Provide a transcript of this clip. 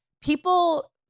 people